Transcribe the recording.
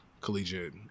collegiate